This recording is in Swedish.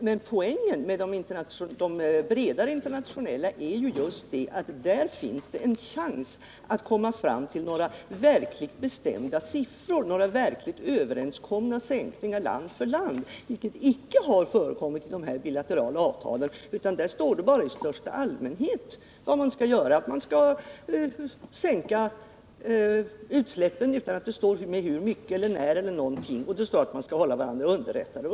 Men poängen med de bredare internationella avtalen är just att i sådana avtal finns det en chans att komma fram till bestämda siffror och verkligen komma överens om sänkningar land för land, vilket icke förekommer i de bilaterala avtalen. Där står det bara i största allmänhet att man skall sänka utsläppen men inte med hur mycket, när de nya reglerna skall träda i kraft e.d. Det står att man skall hålla varandra underrättade.